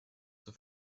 zur